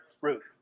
Ruth